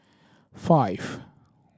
five